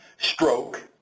stroke,